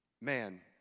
Man